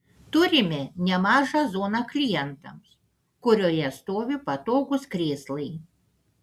turime nemažą zoną klientams kurioje stovi patogūs krėslai